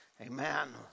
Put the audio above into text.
Amen